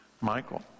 Michael